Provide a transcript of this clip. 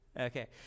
Okay